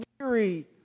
weary